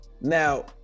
Now